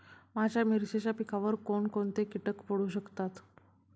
माझ्या मिरचीच्या पिकावर कोण कोणते कीटक पडू शकतात?